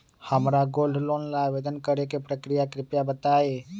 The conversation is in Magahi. हमरा गोल्ड लोन ला आवेदन करे के प्रक्रिया कृपया बताई